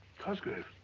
cosgrave.